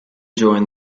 joined